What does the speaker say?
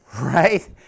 right